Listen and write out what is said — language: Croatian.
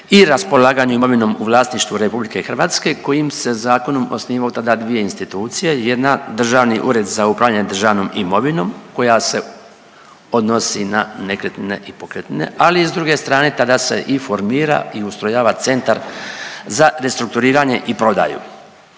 i raspolaganju imovinom u vlasništvu RH kojim se zakonom osnivaju tada dvije institucije. Jedna Državni ured za upravljanje državnom imovinom koja se odnosi na nekretnine i pokretnine, ali i s druge strane tada se i formira i ustrojava Centar za restrukturiranje i prodaju.